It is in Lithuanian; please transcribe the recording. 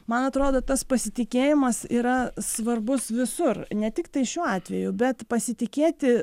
man atrodo tas pasitikėjimas yra svarbus visur ne tik tai šiuo atveju bet pasitikėti